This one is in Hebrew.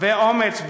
באומץ,